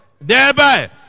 Thereby